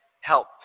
help